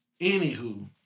Anywho